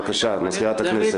בבקשה, מזכירת הכנסת.